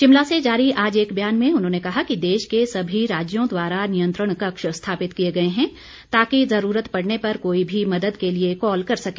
शिमला से जारी आज एक बयान में उन्होंने कहा कि देश के सभी राज्यों द्वारा नियंत्रण कक्ष स्थापित किए गए हैं ताकि जरूरत पड़ने पर कोई भी मदद के लिए कॉल कर सके